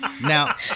Now